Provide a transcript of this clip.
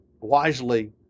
wisely